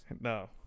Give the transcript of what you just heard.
No